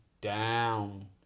down